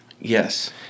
yes